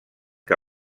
que